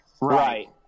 Right